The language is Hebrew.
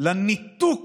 לניתוק